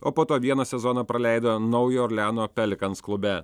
o po to vieną sezoną praleido naujojo orleano pelikans klube